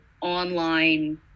online